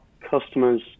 customers